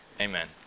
Amen